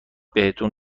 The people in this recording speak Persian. بهتون